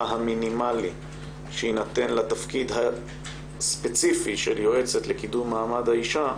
המינימלי שיינתן לתפקיד הספציפי של יועצת לקידום מעמד האישה,